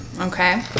okay